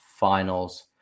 finals